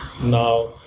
Now